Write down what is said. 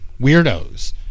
weirdos